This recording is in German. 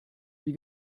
wie